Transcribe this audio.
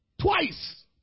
twice